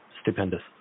Stupendous